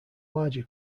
larger